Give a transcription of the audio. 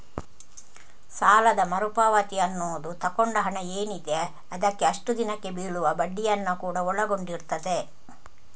ಸಾಲದ ಮರು ಪಾವತಿ ಅನ್ನುದು ತಗೊಂಡ ಹಣ ಏನಿದೆ ಅದಕ್ಕೆ ಅಷ್ಟು ದಿನಕ್ಕೆ ಬೀಳುವ ಬಡ್ಡಿಯನ್ನ ಕೂಡಾ ಒಳಗೊಂಡಿರ್ತದೆ